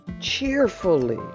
cheerfully